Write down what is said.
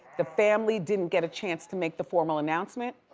the family didn't get a chance to make the formal announcement.